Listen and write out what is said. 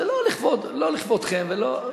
זה לא לכבודכם ולא,